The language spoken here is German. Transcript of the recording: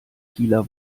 kieler